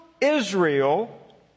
Israel